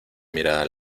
mirada